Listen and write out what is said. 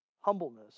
humbleness